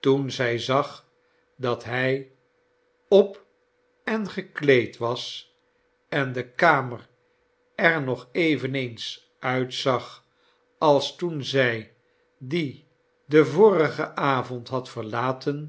toen zij zag dat hij op en gekleed was en de kamer er nog eveneens uitzag als toen zij die den vorigen avond had verlateri